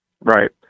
Right